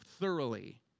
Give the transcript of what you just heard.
thoroughly